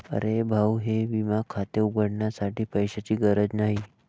अरे भाऊ ई विमा खाते उघडण्यासाठी पैशांची गरज नाही